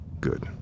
Good